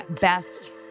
best